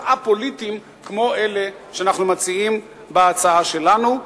א-פוליטיים כמו אלה שאנחנו מציעים בהצעה שלנו.